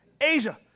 Asia